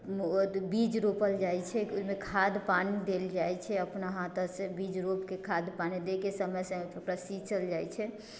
बीज रोपल जाइ छै ओहिमे खाद पानी देल जाइ छै अपना हाथसँ बीज रोपिकऽ खाद पानी दऽ कऽ समय समयपर ओकरा सिँचल जाइ छै